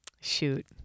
Shoot